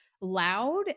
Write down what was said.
loud